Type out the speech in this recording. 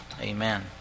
amen